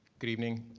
good evening.